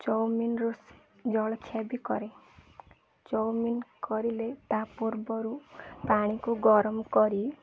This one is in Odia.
ଚାଉମିନ୍ ଜଳଖିଆ ବି କରେ ଚାଉମିନ୍ କରିଲେ ତା ପୂର୍ବରୁ ପାଣିକୁ ଗରମ କରି